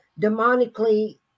demonically